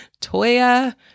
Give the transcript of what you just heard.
Toya